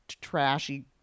trashy